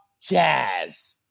Jazz